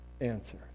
Answer